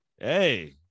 hey